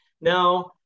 Now